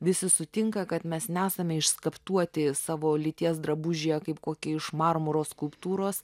visi sutinka kad mes nesame išskaptuoti savo lyties drabužyje kaip kokie iš marmuro skulptūros